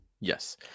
Yes